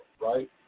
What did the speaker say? right